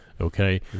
Okay